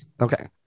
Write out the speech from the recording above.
Okay